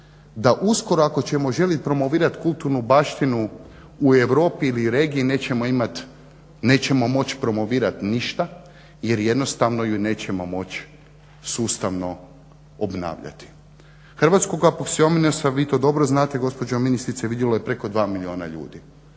da uskoro ako ćemo želiti promovirati kulturnu baštinu u Europi ili regiji nećemo imati, nećemo moći promovirati ništa jer jednostavno ju nećemo moći sustavno obnavljati. Hrvatskoga …/Govornik se ne razumije./… vi to dobro znate gospođo ministrice vidjelo je preko 2 milijuna ljudi.